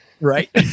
Right